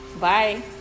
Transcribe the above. Bye